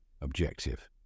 Objective